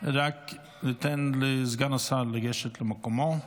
רק ניתן לסגן השר לגשת למקומו.